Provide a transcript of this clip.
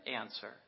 answer